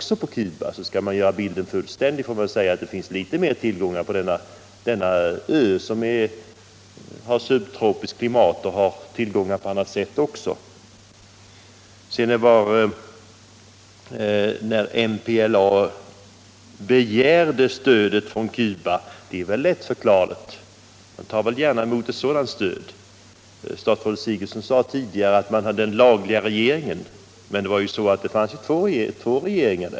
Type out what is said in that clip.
Skall man göra bilden fullständig får man säga att det finns flera tillgångar på denna ö med dess subtropiska klimat. Sedan säger man att MPLA begärde stöd från Cuba. Det är väl lättförklarligt — man tar väl gärna emot ett sådant stöd. Statsrådet Sigurdsen talade tidigare om den lagliga regeringen. men det fanns ju två regeringar.